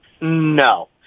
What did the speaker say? No